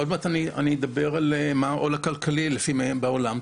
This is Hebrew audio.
עוד מעט אני אדבר על העול הכלכלי לפי מחקרים בעולם.